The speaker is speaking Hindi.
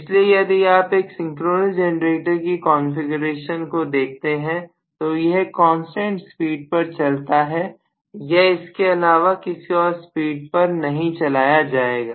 इसलिए यदि आप एक सिंक्रोनस जेनरेटर की कॉन्फ़िगरेशन को देखते हैं तो यह कांस्टेंट स्पीड पर चलता है यह इसके अलावा किसी और स्पीड पर नहीं चलाया जाएगा